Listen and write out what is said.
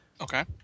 Okay